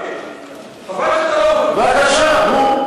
בבקשה, נו.